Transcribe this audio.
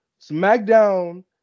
SmackDown